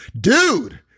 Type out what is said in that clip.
Dude